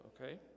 okay